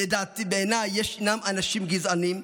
בעיניי, יש אנשים גזענים,